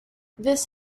this